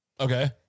Okay